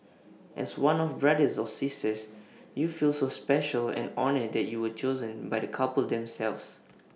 as one of brothers or sisters you feel so special and honoured that you were chosen by the couple themselves